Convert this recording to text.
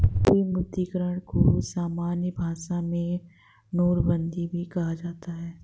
विमुद्रीकरण को सामान्य भाषा में नोटबन्दी भी कहा जाता है